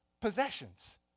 possessions